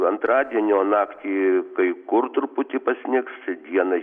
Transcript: antradienio naktį kai kur truputį pasnigs dieną